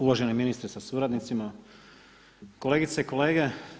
Uvaženi ministre sa suradnicima, kolegice i kolege.